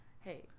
Hey